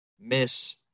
miss